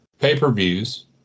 pay-per-views